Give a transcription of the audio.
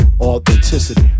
authenticity